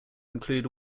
include